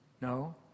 No